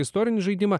istorinį žaidimą